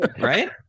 Right